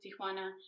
Tijuana